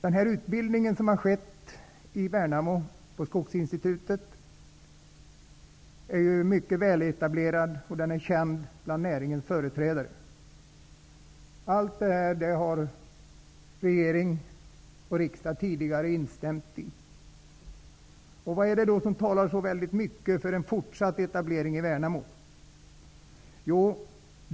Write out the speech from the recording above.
Den här utbildningen som har skett på Skogsinstitutet i Värnamo är väletablerad bland näringens företrädare. I allt detta har både regering och riksdag tidigare instämt. Vad är det då som talar så mycket för en fortsatt etablering i Värnamo?